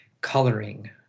coloring